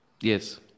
yes